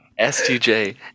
stj